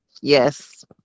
Yes